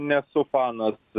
nesu fanas